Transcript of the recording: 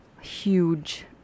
huge